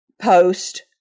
post